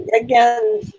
again